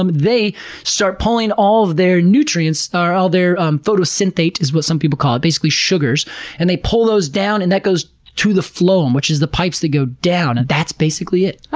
um they start pulling all of their nutrients or all their um photosynthate is what some people call it, basically sugars and they pull those down and that goes to the phloem, which is the pipes that go down, and that's basically it.